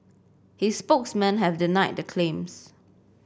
his spokesmen have denied the claims